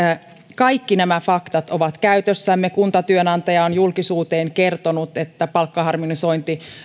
kaikki nämä faktat ovat käytössämme kuntatyönantaja on julkisuuteen kertonut että palkkaharmonisointi